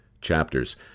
chapters